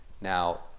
now